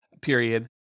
period